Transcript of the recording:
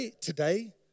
today